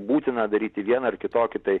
būtina daryti vieną ar kitokį tai